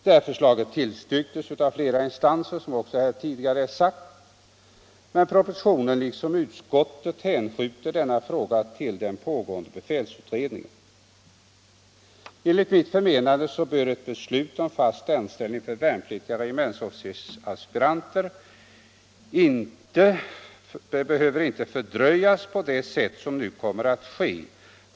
Detta förslag tillstyrkes av flera instanser såsom tidigare är sagt, men propositionen liksom utskottet hänskjuter frågan till den pågående befälsutredningen. Enligt mitt förmenande behöver ett beslut om fast anställning för värnpliktiga regementsofficersaspiranter inte fördröjas på det sätt som nu kommer att ske.